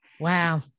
Wow